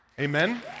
Amen